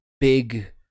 big